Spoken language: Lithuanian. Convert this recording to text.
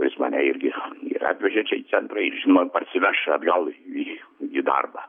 kuris mane irgi ir atvežė čia į centrą ir žinoma parsiveš atgal į į darbą